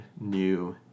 new